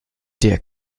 der